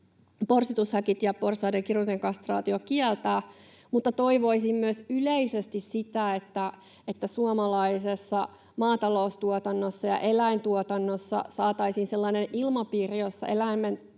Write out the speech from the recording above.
porsitushäkit ja porsaiden kirurginen kastraatio kieltää. Mutta toivoisin myös yleisesti sitä, että suomalaiseen maataloustuotantoon ja eläintuotantoon saataisiin sellainen ilmapiiri,